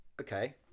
Okay